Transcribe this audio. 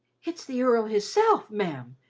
it's the earl hisself, ma'am!